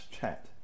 chat